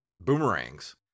boomerangs